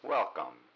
Welcome